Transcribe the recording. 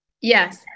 Yes